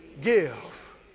give